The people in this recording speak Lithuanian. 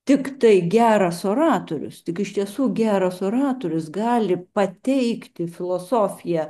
tiktai geras oratorius tik iš tiesų geras oratorius gali pateikti filosofiją